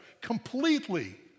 completely